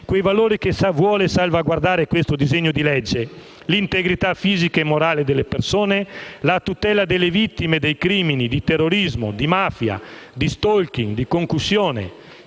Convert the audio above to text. Quei valori che vuole salvaguardare questo disegno di legge: l'integrità fisica e morale delle persone, la tutela delle vittime dei crimini di terrorismo, di mafia, di *stalking*, di concussione,